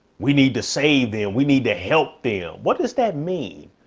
we need to save them. we need to help them. what does that mean?